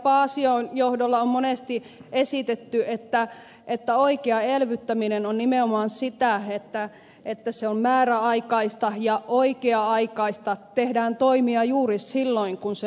paasion johdolla on monesti esitetty että oikea elvyttäminen on nimenomaan sitä että se on määräaikaista ja oikea aikaista tehdään toimia juuri silloin kun se lama on päällä